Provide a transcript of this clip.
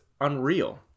unreal